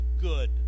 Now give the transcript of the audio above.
good